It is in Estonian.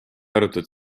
arvatud